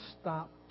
stop